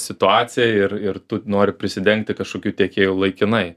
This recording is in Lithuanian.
situaciją ir ir tu nori prisidengti kažkokiu tiekėju laikinai